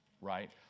right